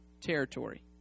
territory